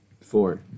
Four